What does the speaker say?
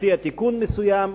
מציע תיקון מסוים.